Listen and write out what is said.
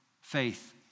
faith